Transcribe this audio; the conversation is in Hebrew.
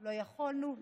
לא יכולנו לחמם.